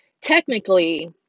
technically